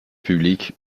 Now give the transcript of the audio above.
publique